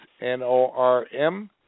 N-O-R-M